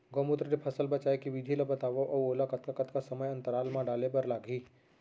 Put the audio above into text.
गौमूत्र ले फसल बचाए के विधि ला बतावव अऊ ओला कतका कतका समय अंतराल मा डाले बर लागही?